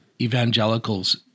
evangelicals